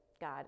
God